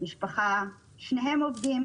משפחה שבה שניהם עובדים,